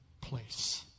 place